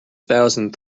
thousand